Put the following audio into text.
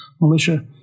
Militia